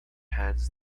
hans